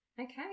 Okay